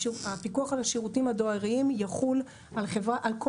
הפיקוח על השירותים הדואריים יחול על כל